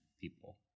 people